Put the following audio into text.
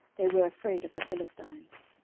they were afraid of the philistines.